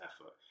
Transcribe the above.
effort